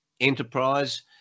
enterprise